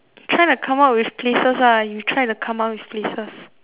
try to come up with places lah you try to come up with places